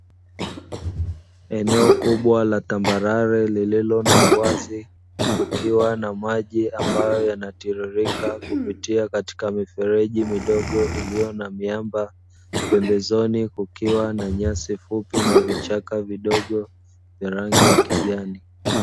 Eneo kubwa la tambarare lolilo na uwazi kukiwa na maji ambayo yanatiririka kupitia katika mifereji midogo iliyo na miamba, pembezoni kukiwa na nyasi fupi na vichaka vidogo vya rangi ya kijani